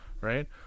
Right